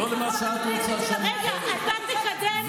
זה לא מביא כבוד לכנסת,